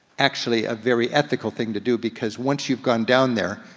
actually a very ethical thing to do. because once you've gone down there,